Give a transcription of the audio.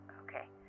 Okay